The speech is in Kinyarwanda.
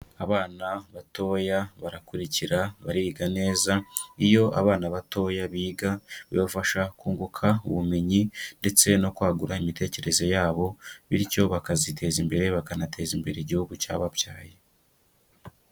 Abana batoya barakurikira, bariga neza, iyo abana batoya, biga bibafasha kunguka ubumenyi ndetse no kwagura imitekerereze yabo bityo bakaziteza imbere, bakanateza imbere igihugu cyababyaye.